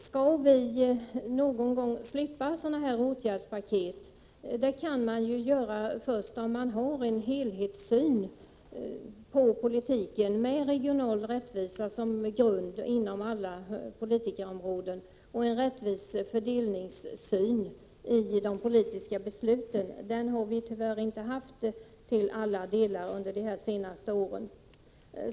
Skall vi någon gång slippa sådana här åtgärdspaket måste vi ha en helhetssyn på politiken, med regional rättvisa som grund inom alla politikerområden och med en rättvis fördelningssyn i de politiska besluten, som vi tyvärr inte har haft i alla delar under de senaste åren.